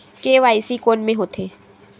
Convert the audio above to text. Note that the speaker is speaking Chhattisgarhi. के.वाई.सी कोन में होथे?